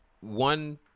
one